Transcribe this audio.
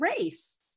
race